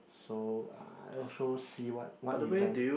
so uh also see what what event